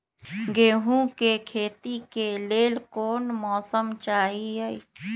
गेंहू के खेती के लेल कोन मौसम चाही अई?